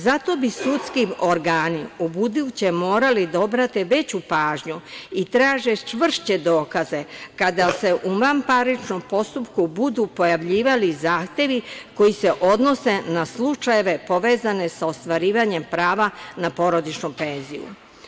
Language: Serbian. Zato bi sudski organi ubuduće morali da obrate veću pažnju i traže čvršće dokaze kada se u vanparničnom postupku budu pojavljivali zahtevi koji se odnose na slučajeve povezane sa ostvarivanjem prava na porodičnu penziju.